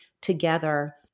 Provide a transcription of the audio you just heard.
together